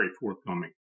forthcoming